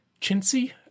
chintzy